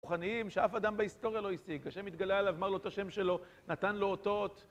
רוחניים שאף אדם בהיסטוריה לא השיג, השם התגלה עליו, אמר לו את השם שלו, נתן לו אותות